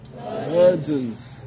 Virgins